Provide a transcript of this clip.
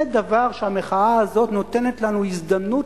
זה דבר שהמחאה הזאת נותנת לנו הזדמנות